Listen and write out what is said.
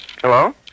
Hello